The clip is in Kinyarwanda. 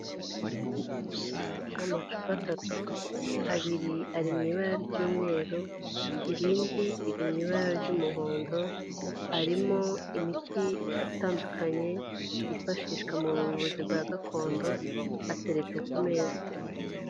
Amacupa atatu. Abiri ari mu ibara ry'umweru, irindi riri mu ibara ry'umuhondo, arimo imiti itandukanye, yifashishwa mu buvuzi bwa gakondo, ateretse ku meza.